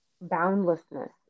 boundlessness